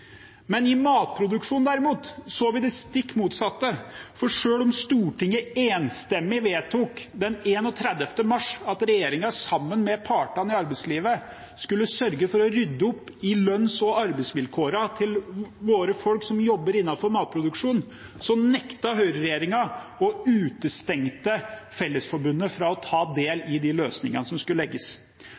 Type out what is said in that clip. Men i matproduksjonen, derimot, så vi det stikk motsatte, for selv om Stortinget den 31. mars enstemmig vedtok at regjeringen sammen med partene i arbeidslivet skulle sørge for å rydde opp i lønns- og arbeidsvilkårene til våre folk som jobber innenfor matproduksjon, så nektet høyreregjeringen, og de utestengte Fellesforbundet fra å ta del i de løsningene som skulle legges.